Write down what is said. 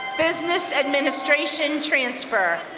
business administration transfer.